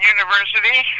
University